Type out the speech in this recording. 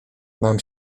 mam